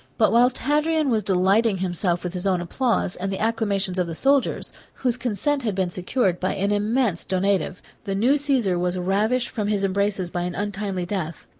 but whilst hadrian was delighting himself with his own applause, and the acclamations of the soldiers, whose consent had been secured by an immense donative, the new caesar was ravished from his embraces by an untimely death.